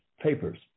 papers